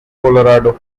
colorado